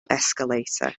escalator